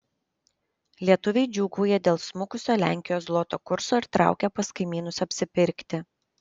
lietuviai džiūgauja dėl smukusio lenkijos zloto kurso ir traukia pas kaimynus apsipirkti